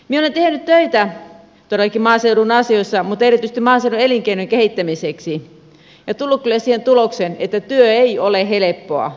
minä olen tehnyt töitä todellakin maaseudun asioissa mutta erityisesti maaseudun elinkeinojen kehittämiseksi ja tullut kyllä siihen tulokseen että työ ei ole helppoa